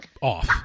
off